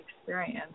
experience